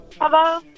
Hello